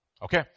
Okay